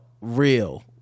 real